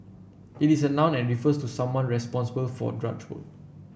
it is a noun and refers to someone responsible for drudge work